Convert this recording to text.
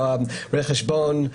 רואי חשבון,